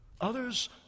Others